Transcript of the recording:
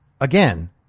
again